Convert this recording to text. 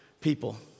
people